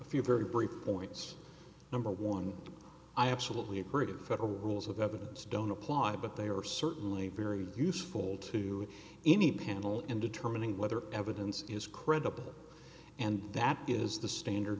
a few very brief points number one i absolutely agree that federal rules of evidence don't apply but they are certainly very useful to any panel in determining whether evidence is credible and that is the standard